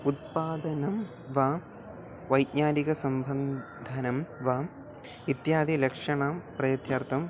उत्पादनं वा वैज्ञानिकसम्बन्धनं वा इत्यादि लक्षणं प्रयत्यर्थम्